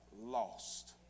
lost